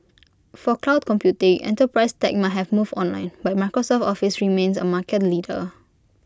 for cloud computing enterprise tech might have moved online but Microsoft's office remains A market leader